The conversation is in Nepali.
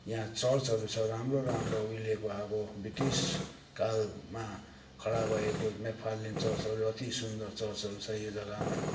यहाँ चर्चहरू छ राम्रो राम्रो उहिलेको अब ब्रिटिस कालमा खडा भएको मेक फार्लेन चर्चहरू अति सुन्दर चर्चहरू छ यो जग्गामा